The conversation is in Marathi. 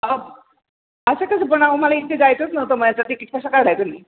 अहो असं कसं पण अहो मला इथे जायचंच नव्हतं मग याचं तिकीट कसं काढायचं मी